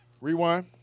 Rewind